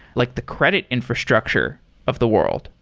like the credit infrastructure of the world.